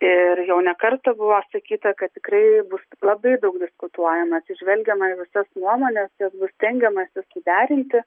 ir jau ne kartą buvo sakyta kad tikrai bus labai daug diskutuojama atsižvelgiama į visas nuomones jas bus stengiamasi suderinti